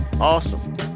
awesome